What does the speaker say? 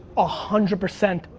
a hundred percent,